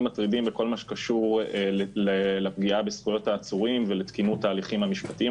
מטרידים בכל מה שקשור לפגיעה בזכויות העצורים ולתקינות ההליכים המשפטיים.